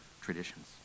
traditions